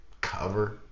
cover